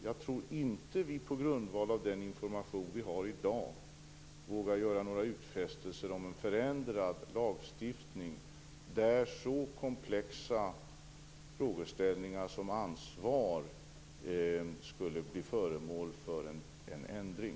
Jag tror inte att vi på grundval av den information som vi har i dag vågar göra några utfästelser om en förändrad lagstiftning, där en så komplex frågeställning som ansvar skulle bli föremål för en ändring.